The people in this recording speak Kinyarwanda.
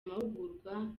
amahugurwa